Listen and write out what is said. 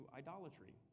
idolatry